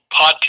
podcast